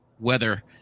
weather